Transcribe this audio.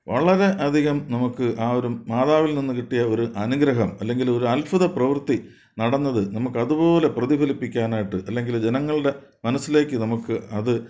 വളരെ അധികം നമുക്ക് ആ ഒരു മാതാവിൽ നിന്ന് കിട്ടിയ ഒരു അനുഗ്രഹം അല്ലെങ്കിൽ ഒരു അത്ഭുതപ്രവർത്തി നടന്നത് നമുക്ക് അതുപോലെ പ്രതിഫലിപ്പിക്കാനായിട്ട് അല്ലെങ്കിൽ ജനങ്ങളുടെ മനസ്സിലേക്ക് നമുക്ക് അത്